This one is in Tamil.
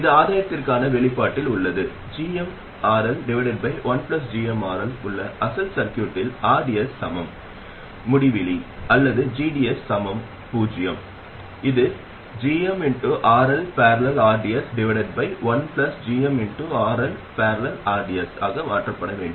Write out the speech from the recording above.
இது ஆதாயத்திற்கான வெளிப்பாட்டில் உள்ளது gmRL1gmRL உள்ள அசல் சர்க்யூட்டில் rds சமம் முடிவிலி அல்லது gds சமம் பூஜ்ஜியம் இது gmRL||rds1gmRL||rds ஆக மாற்றப்பட வேண்டும்